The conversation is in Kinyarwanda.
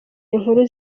inkuru